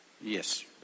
Yes